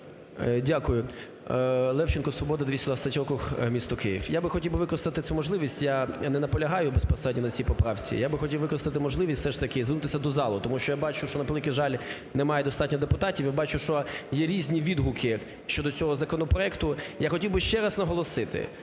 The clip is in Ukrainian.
Дякую. Левченко, "Свобода", 223 округ, місто Київ. Я хотів би використати цю можливість, я не наполягаю безпосередньо на цій поправці, я би хотів використати можливість все ж таки звернутися до залу, тому що я бачу, що, на превеликий жаль, немає достатньо депутатів. Я бачу, що є різні відгуки щодо цього законопроекту. Я хотів би ще раз наголосити: